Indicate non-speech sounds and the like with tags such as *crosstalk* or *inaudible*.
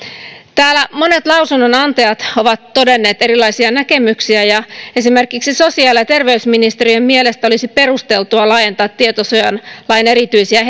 täällä monet lausunnonantajat ovat todenneet erilaisia näkemyksiä esimerkiksi sosiaali ja ja terveysministeriön mielestä olisi perusteltua laajentaa tietosuojalain erityisiä *unintelligible*